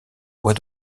bois